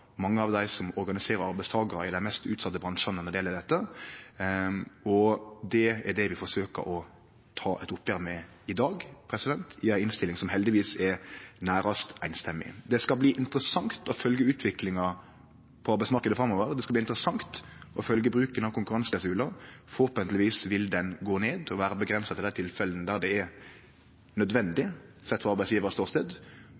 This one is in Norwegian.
mange av dei som organiserer arbeidstakarar i dei mest utsette bransjane, og det er det vi forsøkjer å ta eit oppgjer med i dag, i ei innstilling som heldigvis er nærast samrøystes. Det skal bli interessant å følgje utviklinga på arbeidsmarknaden framover. Det skal bli interessant å følgje bruken av konkurranseklausular. Det er å håpe at han går ned og blir avgrensa til dei tilfella der det er